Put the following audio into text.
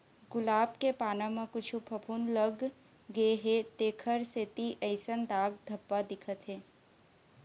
गुलाब के पाना म कुछु फफुंद लग गे हे तेखर सेती अइसन दाग धब्बा दिखत हे